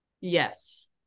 yes